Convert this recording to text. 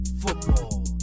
Football